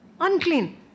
unclean